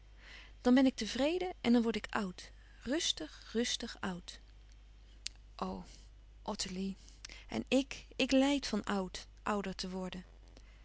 dan ben ik tevreden en dan word ik oud rustig rustig oud o ottilie en ik ik lijd van oud ouder te worden